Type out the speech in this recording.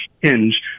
hinge